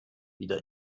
wieder